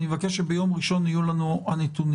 אני מבקש שביום ראשון יהיו לנו הנתונים.